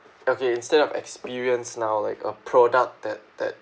okay instead of experience now like a product that that